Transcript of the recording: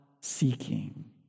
seeking